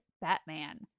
Batman